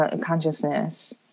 Consciousness